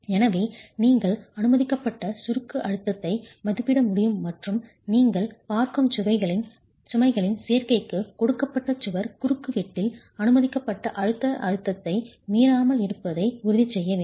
எனவே நீங்கள் அனுமதிக்கப்பட்ட சுருக்க அழுத்தத்தை மதிப்பிட முடியும் மற்றும் நீங்கள் பார்க்கும் சுமைகளின் சேர்க்கைக்கு கொடுக்கப்பட்ட சுவர் குறுக்குவெட்டில் அனுமதிக்கப்பட்ட அழுத்த அழுத்தத்தை மீறாமல் இருப்பதை உறுதிசெய்ய வேண்டும்